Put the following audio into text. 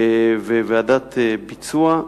ועדת ביצוע.